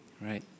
right